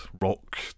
rock